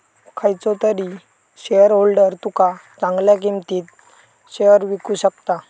खयचो तरी शेयरहोल्डर तुका चांगल्या किंमतीत शेयर विकु शकता